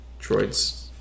Droids